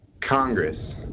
Congress